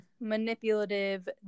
manipulative